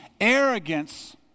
Arrogance